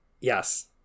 Yes